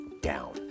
down